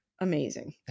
Amazing